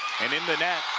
and in the net,